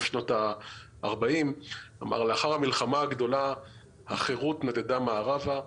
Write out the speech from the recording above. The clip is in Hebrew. שנות ה-40': לאחר המלחמה הגדולה החירות נדדה מערבה,